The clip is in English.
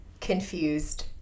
confused